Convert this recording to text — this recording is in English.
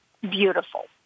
beautiful